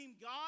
God